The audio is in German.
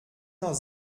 noch